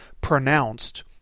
pronounced